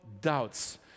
doubts